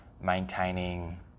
maintaining